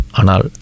anal